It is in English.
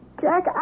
Jack